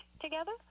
together